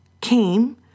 came